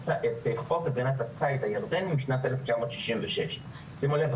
חוק הגנת הציד הירדני משנת 1966. שימו לב,